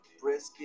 brisket